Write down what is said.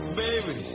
baby